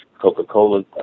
Coca-Cola